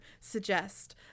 suggest